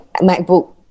MacBook